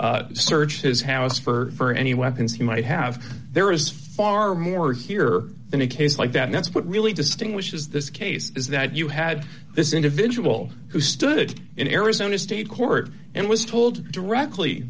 to search his house for any weapons he might have there is far more here than a case like that and that's what really distinguishes this case is that you had this individual who stood in arizona state court and was told directly